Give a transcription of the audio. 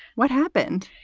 what happened?